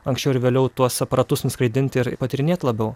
anksčiau ar vėliau tuos aparatus nuskraidinti ir patyrinėt labiau